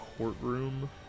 courtroom